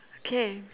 K